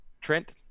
Trent